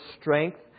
strength